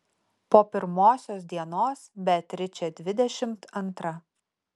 po pirmosios dienos beatričė dvidešimt antra